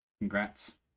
Congrats